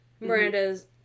Miranda's